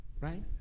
right